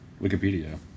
Wikipedia